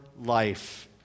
life